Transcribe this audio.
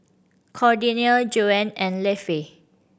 Cordelia Joann and Lafe